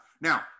Now